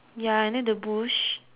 ya and then the bush